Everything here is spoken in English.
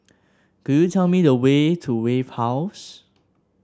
could you tell me the way to Wave House